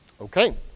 Okay